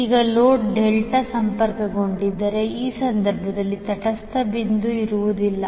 ಈಗ load delta ಸಂಪರ್ಕಗೊಂಡಿದ್ದರೆ ಆ ಸಂದರ್ಭದಲ್ಲಿ ತಟಸ್ಥ ಬಿಂದು ಇರುವುದಿಲ್ಲ